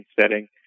setting